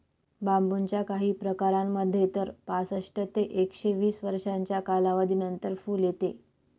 बांबूच्या काही प्रकारांमध्ये तर पासष्ट ते एकशे वीस वर्षांच्या कालावधीनंतर फुल येते